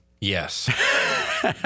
Yes